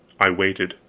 i waited.